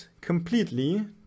completely